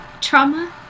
trauma